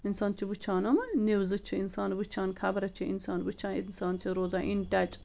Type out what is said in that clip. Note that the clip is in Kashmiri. اِنسان چھُ وٕچھان یِمہٕ نِوزٕ چھُ اِنسان وٕچھان خبرٕ چھِ اِنسان وٕچھان اِنسان چھُ روزان اِن ٹچ